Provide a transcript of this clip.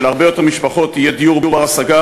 שלהרבה יותר משפחות יהיה דיור בר-השגה,